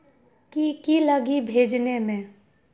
की की लगी भेजने में?